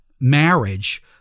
marriage